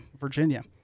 Virginia